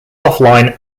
offline